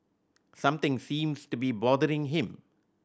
something seems to be bothering him